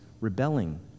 rebelling